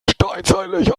steinzeitlich